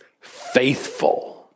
Faithful